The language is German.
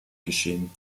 geschehen